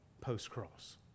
post-cross